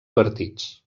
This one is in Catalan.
partits